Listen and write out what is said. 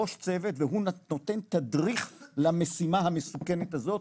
ראש צוות והוא נותן תדריך למשימה המסוכנת הזאת,